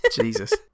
Jesus